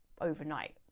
overnight